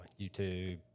YouTube